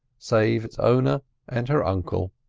save its owner and her uncle